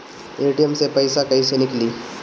ATM से पइसा कइसे निकली?